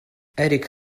eric